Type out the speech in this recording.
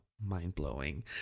mind-blowing